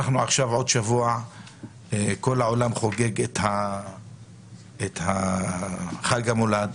עוד שבוע כל העולם חוגג את חג המולד,